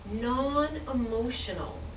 non-emotional